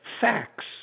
facts